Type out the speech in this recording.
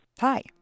Hi